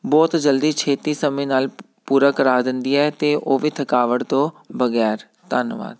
ਬਹੁਤ ਜਲਦੀ ਛੇਤੀ ਸਮੇਂ ਨਾਲ ਪ ਪੂਰਾ ਕਰਾ ਦਿੰਦੀ ਹੈ ਅਤੇ ਉਹ ਵੀ ਥਕਾਵਟ ਤੋਂ ਬਗੈਰ ਧੰਨਵਾਦ